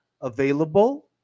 available